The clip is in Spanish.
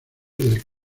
del